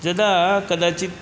यदा कदाचित्